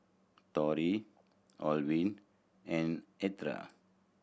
Rroy Orvin and Eartha